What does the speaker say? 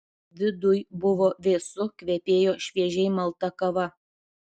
viduj buvo vėsu kvepėjo šviežiai malta kava